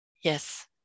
Yes